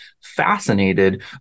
fascinated